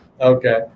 Okay